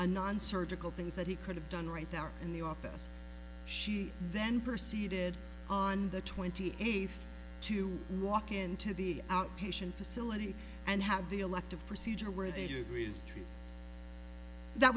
a non surgical things that he could have done right there in the office she then proceeded on the twenty eighth to walk into the outpatient facility and have the elective procedure where they